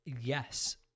yes